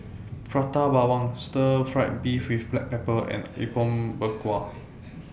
Prata Bawang Stir Fried Beef with Black Pepper and Apom Berkuah